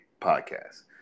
podcast